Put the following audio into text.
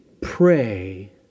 pray